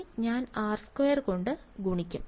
അതിനാൽ ഞാൻ r2 കൊണ്ട് ഗുണിക്കും